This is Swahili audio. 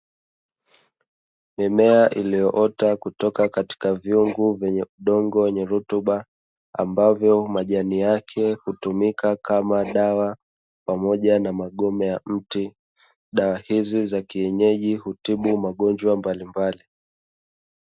Mimea iliyo ota kutoka kwenye vyungu vyenye udongo wenye rutuba, ambavyo majani yake hutumika kama dawa pamoja na magome ya miti dawa hizi za kienyeji hutibu magonjwa mbalimbali.